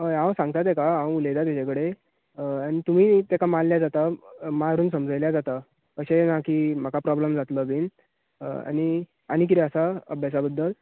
अय हांव सांगतां तेका हांव उलयतां तेजे कडेन आनी तुमी तेका माल्ल्या जाता मारून समजयल्या जाता अशें ना की म्हाका प्रॉब्लम जातलो बीन आनी आनी किदें आसा अभ्यासा बद्दल